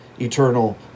eternal